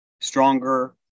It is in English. stronger